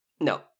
no